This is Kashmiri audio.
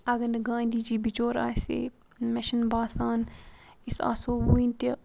اگر نہٕ گاندھی جی بِچور آسہِ ہے مےٚ چھِنہٕ باسان أسۍ آسہو وٕنہِ تہِ